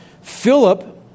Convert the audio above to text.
Philip